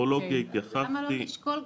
אז למה לא לשקול כבר?